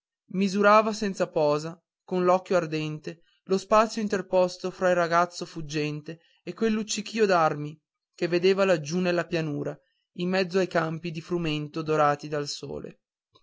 misurava senza posa con l'occhio ardente lo spazio interposto fra il ragazzo fuggente e quel luccichìo d'armi che vedeva laggiù nella pianura in mezzo ai campi di frumento dorati dal sole